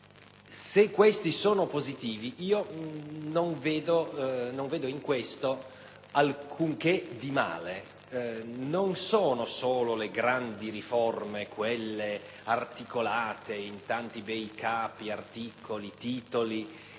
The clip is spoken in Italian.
che questi siano positivi, non mi porta a vedere in ciò alcunché di male. Non sono solo le grandi riforme, quelle articolate in tanti bei capi, articoli e titoli,